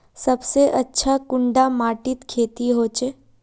सबसे अच्छा कुंडा माटित खेती होचे?